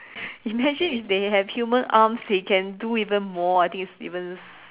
imagine if they have human arms they can do even more I think it's even